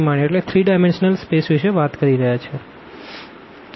અને આપણે ત્રિડાયમેનશનલસ્પેસ વિશે વાત કરી રહ્યા છે